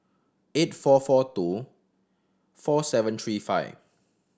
eight four four two four seven three five